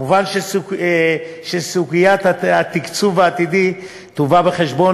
מובן שסוגיית התקצוב העתידי תובא בחשבון